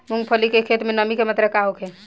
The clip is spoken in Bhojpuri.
मूँगफली के खेत में नमी के मात्रा का होखे?